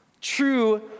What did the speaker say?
true